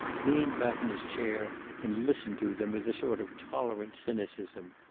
leaned back in his chair and listened to them with a sort of tolerant cynicism.